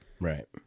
Right